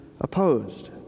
opposed